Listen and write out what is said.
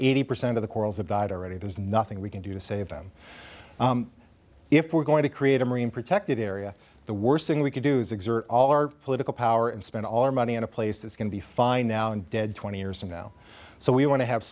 eighty percent of the corals about already there's nothing we can do to save them if we're going to create a marine protected area the worst thing we can do is exert all our political power and spend all our money in a place that's going to be fine now and dead twenty years from now so we want to have